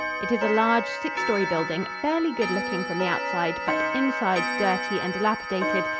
it is a large, six-story building, fairly good-looking from the outside, but inside dirty and dilapidated,